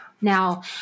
now